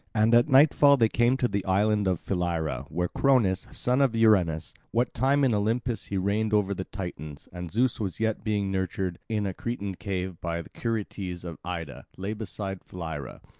and at nightfall they came to the island of philyra, where cronos, son of uranus, what time in olympus he reigned over the titans, and zeus was yet being nurtured in a cretan cave by the curetes of ida, lay beside philyra,